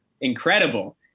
incredible